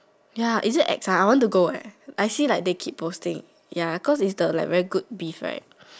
ya is it ex ah I want to go eh I see they like keep posting ya cause it's like the very good beef right